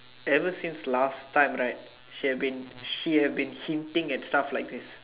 ever since last time right she have been she haven been hinting at stuff like this